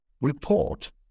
report